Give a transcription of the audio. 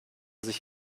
sich